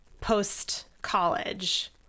post-college